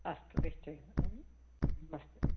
अस्तु निश्चयेन अस्तु